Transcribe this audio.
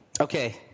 Okay